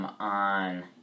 On